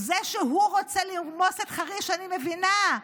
זה שהוא רוצה לרמוס את חריש, אני מבינה,